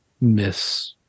miss